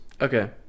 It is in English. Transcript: Okay